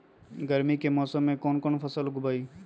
गर्मी के दिन में कौन कौन फसल लगबई?